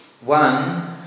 one